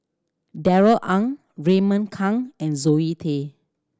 Darrell Ang Raymond Kang and Zoe Tay